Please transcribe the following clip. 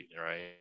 right